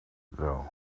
though